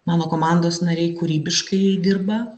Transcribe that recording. mano komandos nariai kūrybiškai dirba